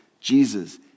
Jesus